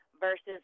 versus